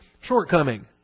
shortcoming